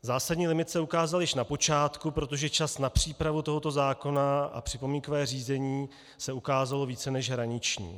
Zásadní limit se ukázal již na počátku, protože čas na přípravu tohoto zákona a připomínkové řízení se ukázalo více než hraniční.